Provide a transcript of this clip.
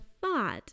thought